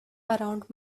around